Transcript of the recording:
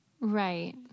Right